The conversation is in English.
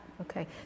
Okay